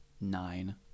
Nine